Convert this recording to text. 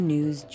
News